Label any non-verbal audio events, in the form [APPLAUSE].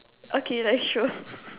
okay like sure [LAUGHS]